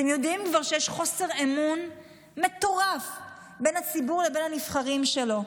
אתם כבר יודעים שיש חוסר אמון מטורף בין הציבור לבין הנבחרים שלו.